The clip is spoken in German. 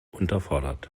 unterfordert